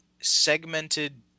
segmented